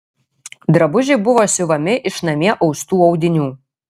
drabužiai buvo siuvami iš namie austų audinių